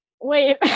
Wait